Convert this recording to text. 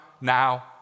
now